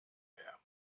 mehr